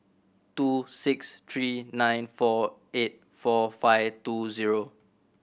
two six three nine four eight four five two zero